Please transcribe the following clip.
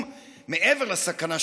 מעבר לסכנה,